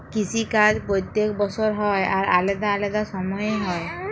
কিসি কাজ প্যত্তেক বসর হ্যয় আর আলেদা আলেদা সময়ে হ্যয়